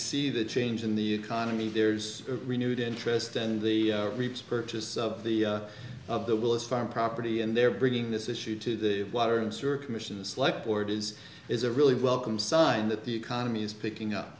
see the change in the economy there's renewed interest and the repurchase of the of the bill is farm property and they're bringing this issue to the water and sewer commissions like board is is a really welcome sign that the economy is picking up